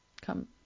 come